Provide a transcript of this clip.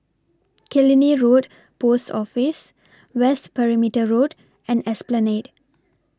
Killiney Road Post Office West Perimeter Road and Esplanade